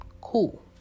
cool